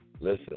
listen